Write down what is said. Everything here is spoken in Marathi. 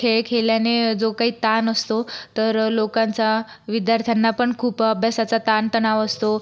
खेळ खेळल्याने जो काही ताण असतो तर लोकांचा विद्यार्थ्यांना पण खूप अभ्यासाचा ताणतणाव असतो